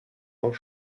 auch